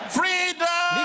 freedom